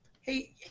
hey